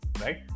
right